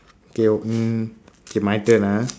okay mm okay my turn ah